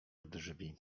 drzwi